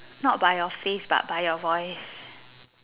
not by your face but by your voice